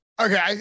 Okay